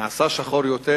הוא נעשה שחור יותר